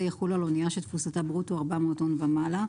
יחולו על אנייה שתפוסתה ברוטו 400 טון ומעלה,